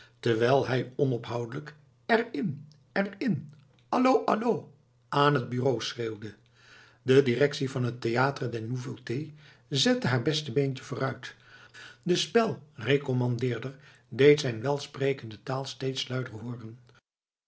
terwijl hij onophoudelijk er in er in allo allo aan t bureau schreeuwde de directie van het théatre des nouveautés zette haar beste beentje vooruit de spelrecommandeerder deed zijn welsprekende taal steeds luider hooren